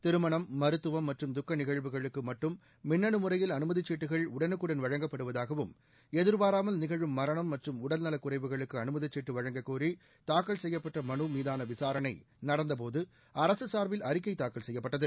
திருமணம் மருத்துவம் மற்றும் துக்க நிகழ்வுகளுக்கு மட்டும் மின்னனு முறையில் அனுமதிச்சீட்டுகள் உடனுக்குடன் வழங்கப்படுவதாகவும் எதிர்பாராமல் நிகழும் மரணம் மற்றும் உடல்நல குறைவுகளுக்கு அனுமதிச்சீட்டு வழங்கக்கோரி தாக்கல் செய்யப்பட்டு மனு மீதான விசாரணை நடந்த போது அரசு சார்பில் அறிக்கை தாக்கல் செய்யப்பட்டது